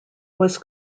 was